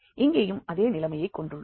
இங்கேயும் அதே நிலைமையை கொண்டுள்ளோம்